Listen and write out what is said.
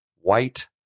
white